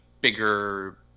bigger